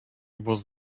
was